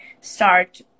start